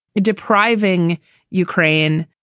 depriving ukraine,